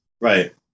right